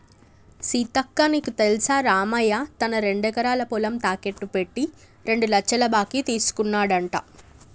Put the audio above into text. సీతక్క నీకు తెల్సా రామయ్య తన రెండెకరాల పొలం తాకెట్టు పెట్టి రెండు లచ్చల బాకీ తీసుకున్నాడంట